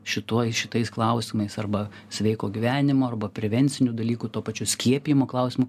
šitoj šitais klausimais arba sveiko gyvenimo arba prevencinių dalykų tuo pačiu skiepijimo klausimu